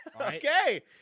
Okay